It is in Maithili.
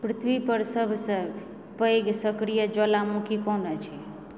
पृथ्वी पर सभसँ पैघ सक्रिय ज्वालामुखी कोन अछि